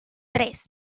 tres